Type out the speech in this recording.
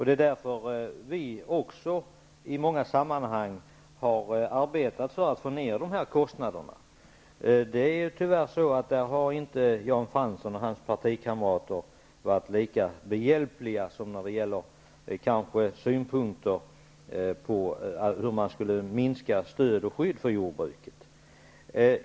Det är därför vi också i många sammanhang har arbetat för att få ned dessa kostnader. När det gäller den saken har tyvärr Jan Fransson och hans partikamrater inte varit lika behjälpliga som när det gäller synpunkter på hur man skall minska skydd och stöd för jordbruket.